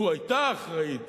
לו היתה אחראית